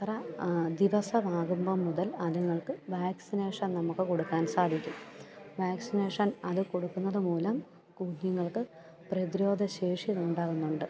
ഇത്ര ദിവസമാകുമ്പം മുതൽ അത്ങ്ങൾക്ക് വാക്സിനേഷൻ നമുക്ക് കൊടുക്കാൻ സാധിക്കും വാക്സിനേഷൻ അത് കൊടുക്കുന്നത് മൂലം കുഞ്ഞുങ്ങൾക്ക് പ്രതിരോധശേഷി ഉണ്ടാകുന്നുണ്ട്